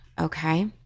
Okay